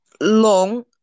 long